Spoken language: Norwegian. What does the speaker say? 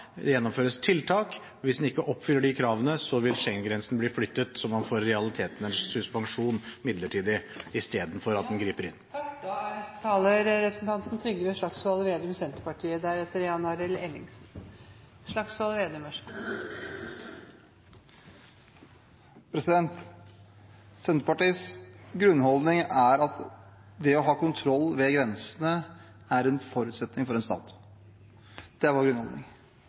det gjennomføres tiltak. Hvis en ikke oppfyller de kravene, vil Schengen-grensen bli flyttet, så man får i realiteten en suspensjon midlertidig, istedenfor at en griper inn. Senterpartiets grunnholdning er at det å ha kontroll ved grensene er en forutsetning for en stat. Det er vår grunnholdning. Så var